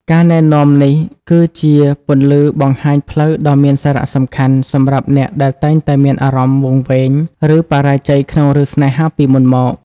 ការណែនាំនេះគឺជាពន្លឺបង្ហាញផ្លូវដ៏មានសារៈសំខាន់ សម្រាប់អ្នកដែលតែងតែមានអារម្មណ៍វង្វេង ឬបរាជ័យក្នុងរឿងស្នេហាពីមុនមក។